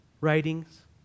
writings